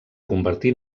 convertir